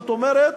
זאת אומרת,